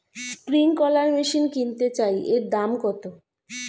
Sprinkler machine কিনতে চাই এর দাম কত?